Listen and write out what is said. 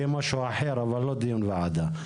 יהיה משהו אחר אבל לא דיון ועדה.